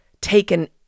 taken